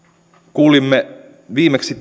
kuulimme viimeksi